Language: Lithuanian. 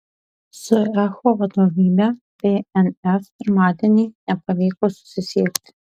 su ehu vadovybe bns pirmadienį nepavyko susisiekti